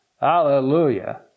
Hallelujah